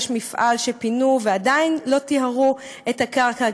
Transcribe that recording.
יש מפעל שפינו ועדיין לא טיהרו את הקרקע,